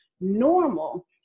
normal